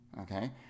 okay